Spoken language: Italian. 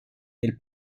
del